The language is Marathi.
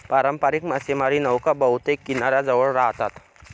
पारंपारिक मासेमारी नौका बहुतेक किनाऱ्याजवळ राहतात